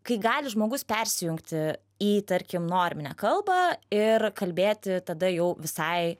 kai gali žmogus persijungti į tarkim norminę kalbą ir kalbėti tada jau visai